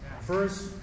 First